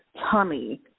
tummy